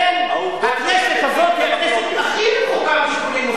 הכנסת הזאת היא הכנסת הכי רחוקה משיקולים מוסריים.